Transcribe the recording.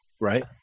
right